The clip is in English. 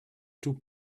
two